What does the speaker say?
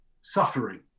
suffering